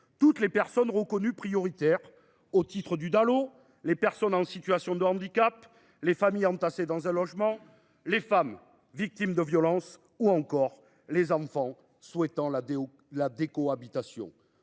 toutes les personnes reconnues comme prioritaires en application du droit au logement opposable, les personnes en situation de handicap, les familles entassées dans un logement, les femmes victimes de violences ou encore les enfants souhaitant la décohabitation.